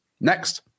Next